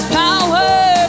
power